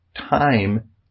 time